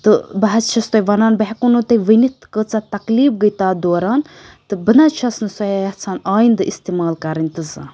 تٕہ بہٕ حظ چھس تۄہہِ وَنان بہٕ ہؠکو نہٕ تۄہہِ ؤنِتھ کۭژاہ تَکلیٖف گٔیہِ تَتھ دوران تہٕ بہٕ نہ حظ چھس نہٕ سُہ یَژھان آیِندٕ اِستعمال کَرٕنۍ تہِ زانہہ